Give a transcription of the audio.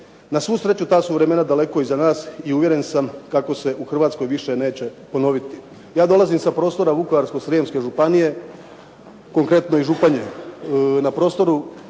Na svu sreću ta su vremena daleko iza nas i uvjeren sam kako se u Hrvatskoj više neće ponoviti. Ja dolazim sa prostora Vukovarsko-Srijemske županije, konkretno iz Županje. Na prostoru